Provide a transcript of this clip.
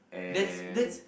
that's that's